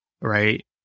right